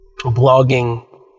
blogging